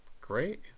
great